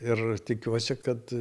ir tikiuosi kad